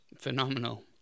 Phenomenal